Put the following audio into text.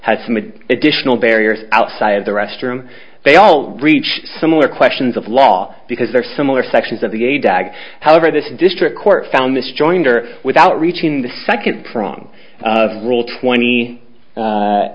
had some additional barriers outside of the restroom they all reach similar questions of law because there are similar sections of the a dag however this district court found this joinder without reaching the second prong of the rule twenty